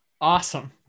Awesome